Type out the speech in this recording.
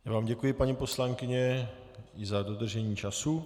Já vám děkuji, paní poslankyně i za dodržení času.